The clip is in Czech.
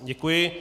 Děkuji.